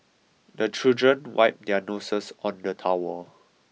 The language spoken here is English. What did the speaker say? the children wipe their noses on the towel